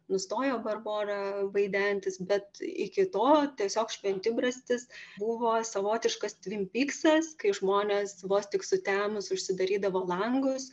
nustojo barbora vaidentis bet iki to tiesiog šventibrastis buvo savotiškas tvim pyksas kai žmonės vos tik sutemus užsidarydavo langus